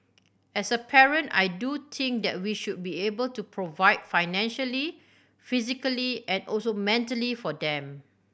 as a parent I do think that we should be able to provide financially physically and also mentally for them